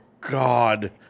God